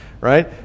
right